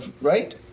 Right